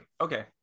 okay